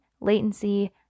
latency